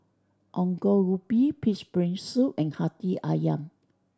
Ongol Ubi Pig's Brain Soup and Hati Ayam